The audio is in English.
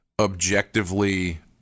objectively